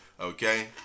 Okay